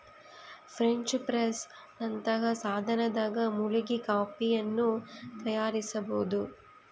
French press ನಂತಹ ಸಾಧನದಾಗ ಮುಳುಗಿ ಕಾಫಿಯನ್ನು ತಯಾರಿಸಬೋದು